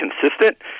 consistent